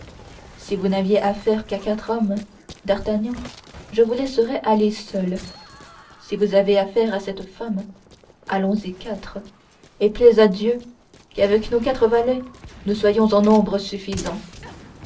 si vous n'aviez affaire qu'à quatre hommes d'artagnan je vous laisserais aller seul vous avez affaire à cette femme allons-y quatre et plaise à dieu qu'avec nos quatre valets nous soyons en nombre suffisant